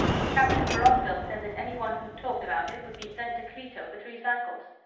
captain vorongil said that anyone who talked about it would be sent to kleeto for three cycles.